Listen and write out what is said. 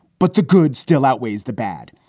but the good still outweighs the bad.